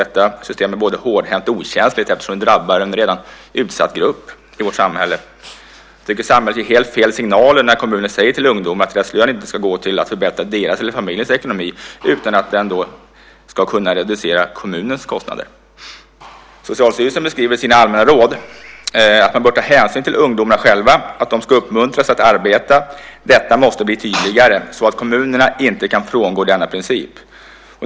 Detta system är både hårdhänt och okänsligt eftersom det drabbar en redan utsatt grupp i vårt samhälle. Samhället ger helt fel signaler när kommunen säger till ungdomar att deras lön inte ska gå till att förbättra deras eller familjens ekonomi utan att den kan reducera kommunens kostnader. Socialstyrelsen beskriver i sina allmänna råd att man bör ta hänsyn till ungdomarna själva och att de ska uppmuntras att arbeta. Detta måste bli tydligare så att kommunerna inte kan frångå denna princip.